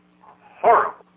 horrible